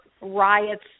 riots